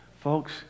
Folks